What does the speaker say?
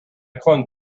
clung